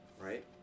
right